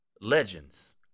Legends